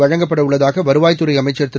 வழங்கப்படவுள்ளதாக வருவாய்த் துறை அமைச்சர் திரு